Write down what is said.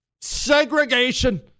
segregation